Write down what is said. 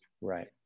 Right